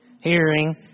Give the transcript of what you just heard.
hearing